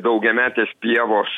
daugiametės pievos